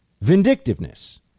vindictiveness